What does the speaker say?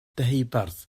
deheubarth